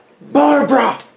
Barbara